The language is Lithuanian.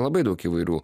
labai daug įvairių